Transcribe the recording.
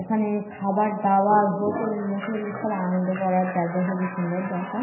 ওখানে খাবার দাবার হোটেল মোটেল সব আনন্দ করার জায়গা খেবই সুন্দর জায়গা